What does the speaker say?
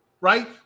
Right